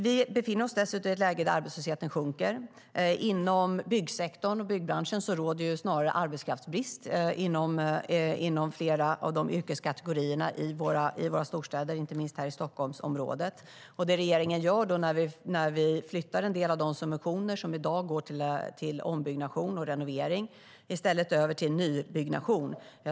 Vi befinner oss dessutom i ett läge där arbetslösheten sjunker. Inom byggsektorn och byggbranschen råder snarare arbetskraftsbrist inom flera av yrkeskategorierna i våra storstäder, inte minst här i Stockholmsområdet. Det regeringen nu gör är att flytta en del av de subventioner som går till ombyggnation och renovering över till nybyggnation.